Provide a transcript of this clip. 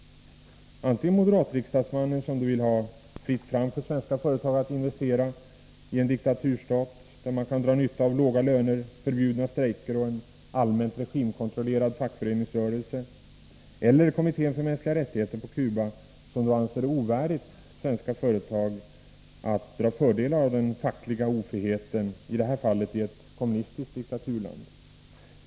Är det moderatriksdagsmannen, som vill ha fritt fram för svenska företag att investera i en diktaturstat, där de kan dra nytta av låga löner, förbud mot strejker och en allmänt regimkontrollerad fackföreningsrörelse? Eller är det Kommittén för mänskliga rättigheter på Cuba, som anser det ovärdigt svenska företag att dra fördelar av den fackliga ofriheten, i det här fallet i ett kommunistiskt diktaturland?